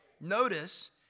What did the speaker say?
Notice